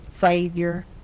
Savior